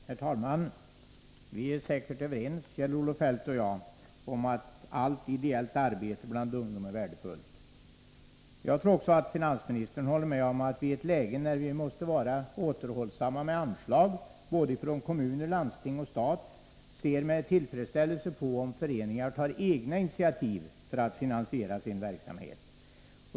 Herr talman! Kjell-Olof Feldt och jag är säkerligen överens om att allt ideellt arbete bland ungdom är värdefullt. Jag tror också att finansministern håller med mig om att i ett läge när vi måste vara återhållsamma med anslag — från såväl kommuner och landsting som stat — skall vi med tillfredsställelse se på att föreningar tar egna initiativ för att finansiera sin verksamhet.